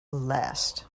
last